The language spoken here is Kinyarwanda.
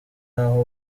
aho